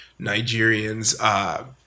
Nigerians